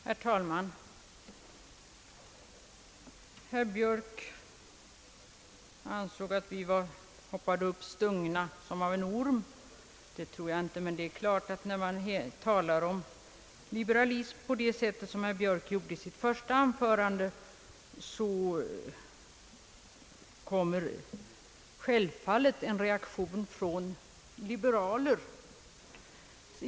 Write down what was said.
Herr talman! Herr Björk ansåg att vi hoppade till såsom stungna av en orm! Det tror jag inte, men när man talar om liberalism på det sätt som herr Björk gjorde i sitt första anförande, kommer det självfallet en reaktion från liberaler.